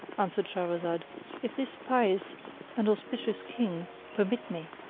answered shahrazad, if this pious and auspicious king permit me.